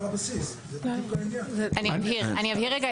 אני אבהיר.